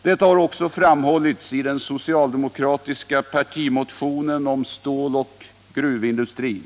Detta har också framhållits i den socialdemokratiska partimotionen om ståloch gruvindustrin.